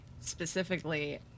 specifically